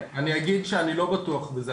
אני אגיד שאני לא בטוח בזה.